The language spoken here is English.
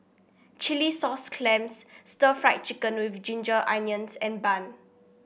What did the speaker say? Chilli Sauce Clams stir Fry Chicken with Ginger Onions and bun